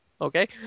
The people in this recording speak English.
Okay